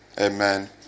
Amen